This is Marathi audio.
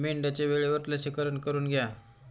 मेंढ्यांचे वेळेवर लसीकरण करून घ्या